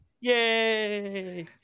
Yay